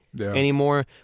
anymore